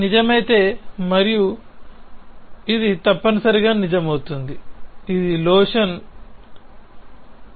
ఇది నిజమైతే మరియు ఇది నిజమైతే ఇది తప్పనిసరిగా నిజం అవుతుంది ఇది లోషన్ చూడండి సమయం 1919